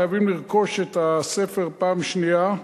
חייבים לרכוש את הספר פעם שנייה,